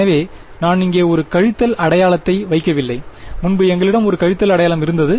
எனவே நான் இங்கே ஒரு கழித்தல் அடையாளத்தை வைக்கவில்லை முன்பு எங்களிடம் ஒரு கழித்தல் அடையாளம் இருந்தது